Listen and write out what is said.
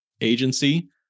agency